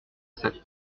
sept